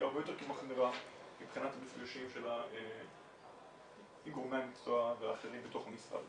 הרבה יותר מחמירה מבחינת מפגשים עם גורמי המקצוע והאחרים בתוך המשרד.